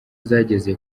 zageze